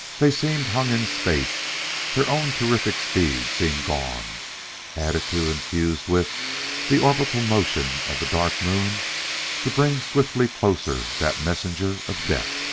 they seemed hung in space their own terrific speed seemed gone added to and fused with the orbital motion of the dark moon to bring swiftly closer that messenger of death.